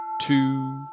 two